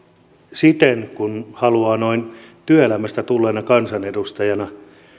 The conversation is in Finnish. siten kuin haluaa noin työelämästä tulleena kansanedustajana